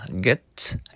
get